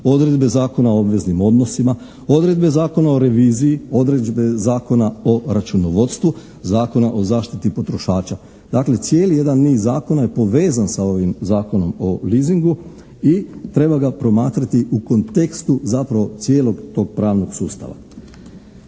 odredbe Zakona o obveznim odnosima, odredbe Zakona o reviziji, odredbe Zakona o računovodstvu, Zakona o zaštiti potrošača. Dakle, cijeli jedan niz zakona je povezan sa ovim Zakonom o leasingu i treba ga promatrati u kontekstu zapravo cijelog tog pravnog sustava.